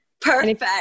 Perfect